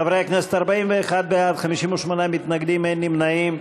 חברי הכנסת, 41 בעד, 58 מתנגדים, אין נמנעים.